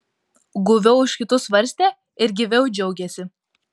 guviau už kitus svarstė ir gyviau džiaugėsi